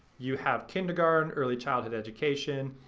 you have kindergarten, early childhood education,